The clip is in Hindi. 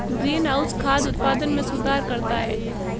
ग्रीनहाउस खाद्य उत्पादन में सुधार करता है